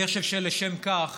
אני חושב שלשם כך